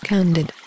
Candid